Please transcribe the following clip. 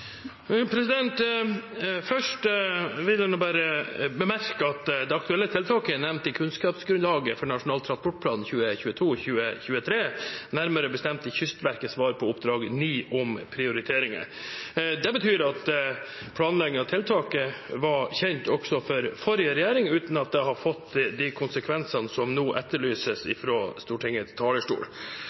Først vil jeg bare bemerke at det aktuelle tiltaket er nevnt i kunnskapsgrunnlaget for Nasjonal transportplan 2022–2033, nærmere bestemt i Kystverkets svar på oppdrag 9, om prioriteringer. Det betyr at planlegging av tiltaket var kjent også for forrige regjering, uten at det har fått de konsekvensene som nå etterlyses fra Stortingets talerstol.